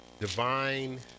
divine